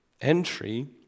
entry